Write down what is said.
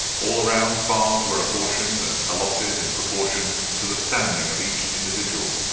all around farms were apportioned and allotted in proportion to the standing of each individual.